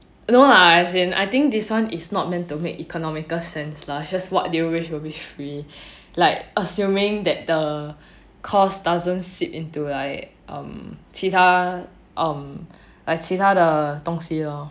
no lah as in I think this one is not meant to make economical sense lah just what do you wish to be free like assuming that the cost doesn't seep into 其他 um like 其他的东西 lor